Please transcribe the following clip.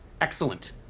Excellent